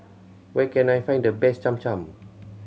where can I find the best Cham Cham